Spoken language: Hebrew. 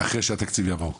אחרי שהתקציב יעבור.